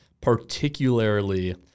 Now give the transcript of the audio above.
particularly